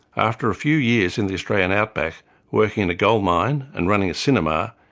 after a few years in the australian outback working in a goldmine, and running a cinema,